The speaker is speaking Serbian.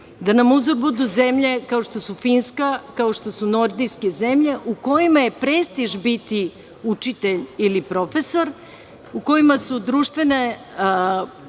Da nam uzor budu zemlje, kao što su Finska, kao što su nordijske zemlje u kojima je prestiž biti učitelj ili profesor, u kojima su društveni